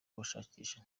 kubashakisha